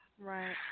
Right